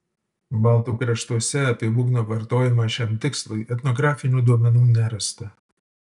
baltų kraštuose apie būgno vartojimą šiam tikslui etnografinių duomenų nerasta